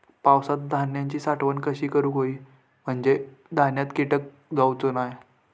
पावसात धान्यांची साठवण कशी करूक होई म्हंजे धान्यात कीटक जाउचे नाय?